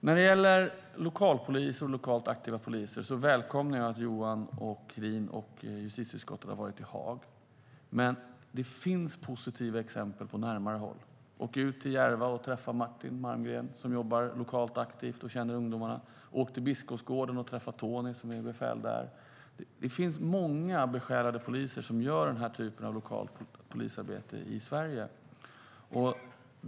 När det gäller lokalpolis och lokalt aktiva poliser välkomnar jag att Johan Hedin och justitieutskottet har varit i Haag. Men det finns positiva exempel på närmare håll. Åk ut till Järva och träffa Martin Marmgren som jobbar lokalt aktivt och känner ungdomarna. Åt ut till Biskopsgården och träffa Tony, som är befäl där. Det finns många besjälade poliser som gör den typen av lokalt polisarbete i Sverige.